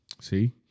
See